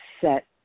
set